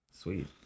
Sweet